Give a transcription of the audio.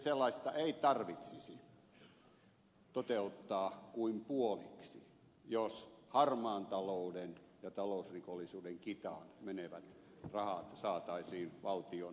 sellaista ei tarvitsisi toteuttaa kuin puoliksi jos harmaan talouden ja talousrikollisuuden kitaan menevät rahat saataisiin valtion menojen katteeksi